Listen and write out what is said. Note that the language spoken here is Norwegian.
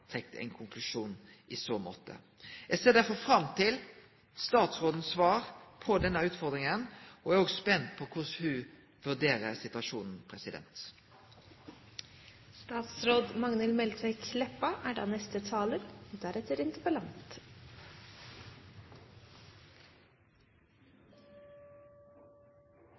trekt ein konklusjon i så måte. Eg ser derfor fram til statsråden sitt svar på denne utfordringa, og er òg spent på korleis ho vurderer situasjonen. Bussen er